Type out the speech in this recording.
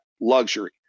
luxury